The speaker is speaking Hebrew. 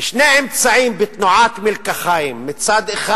בשני אמצעים, בתנועת מלקחיים: מצד אחד